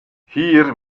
hier